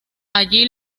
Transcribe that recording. allí